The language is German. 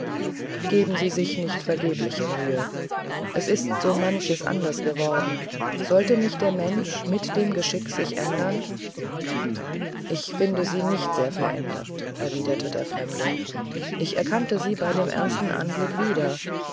geben sie sich nicht vergebliche mühe es ist so manches anders geworden sollte nicht der mensch mit dem geschick sich ändern ich finde sie nicht sehr verändert erwiderte der fremde ich erkannte sie bei dem ersten anblick wieder